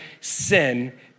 sin